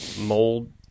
mold